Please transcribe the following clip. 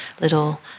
little